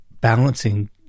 balancing